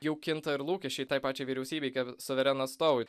jau kinta ir lūkesčiai tai pačiai vyriausybei kaip suvereno atstovai